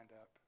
up